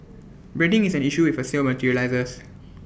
branding is an issue if A sale materialises